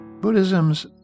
Buddhism's